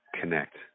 connect